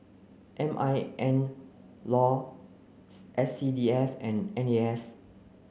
M I N law S C D F and N A S